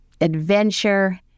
adventure